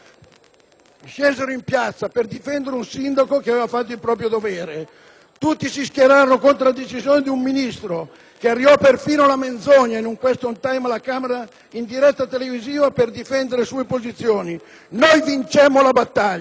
scesero in piazza per difendere un sindaco che aveva fatto il proprio dovere. Tutti si schierarono contro la decisione di un Ministro, che arrivò perfino alla menzogna in un *question time* alla Camera, in diretta televisiva, per difendere le sue posizioni. Noi vincemmo la battaglia,